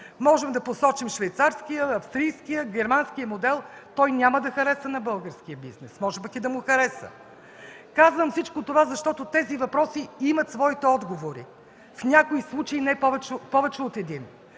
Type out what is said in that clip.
можем да посочим швейцарския, австрийския, германския модел – той няма да хареса на българския бизнес. Може пък и да му хареса?! Казвам всичко това, защото тези въпроси имат своите отговори – в някои случаи повече от един.